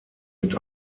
mit